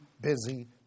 busy